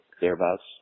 thereabouts